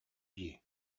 дии